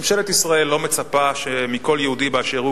ממשלת ישראל לא מצפה מכל יהודי באשר הוא